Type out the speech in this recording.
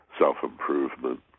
self-improvement